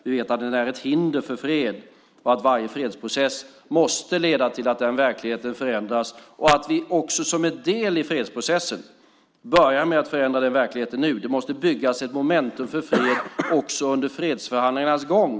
Vi vet att den är ett hinder för fred och att varje fredsprocess måste leda till att den verkligheten förändras och att vi också som en del i fredsprocessen börjar med att förändra den verkligheten nu. Det måste byggas ett momentum för fred också under fredsförhandlingarnas gång.